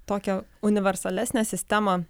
tokią universalesnę sistemą